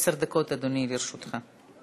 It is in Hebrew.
עשר דקות, אדוני, לרשותך.